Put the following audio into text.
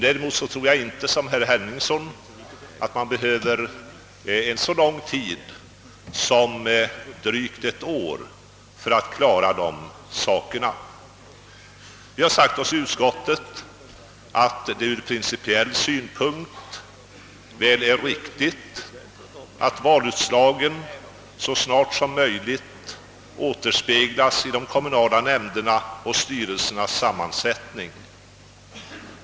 Däremot tror jag inte att man, såsom herr Henningsson framhöll, behöver så lång tid som drygt ett år för att klara dessa saker. I utskottet har vi sagt oss att det ur principiell synpunkt väl är riktigt, att valutslaget så snart som möjligt återspeglas i de kommunala nämndernas och styrelsernas sammansättning.